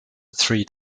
three